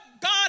God